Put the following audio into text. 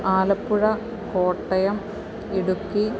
Alappuzha Kottayam Idukki